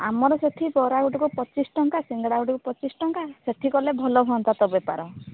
ଆମର ସେଠି ବରା ଗୋଟିକକୁ ପଚିଶ ଟଙ୍କା ସିଙ୍ଗେଡ଼ା ଗୋଟକୁ ପଚିଶ ଟଙ୍କା ସେଠି କଲେ ଭଲ ହୁଅନ୍ତା ତୋ ବେପାର